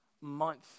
month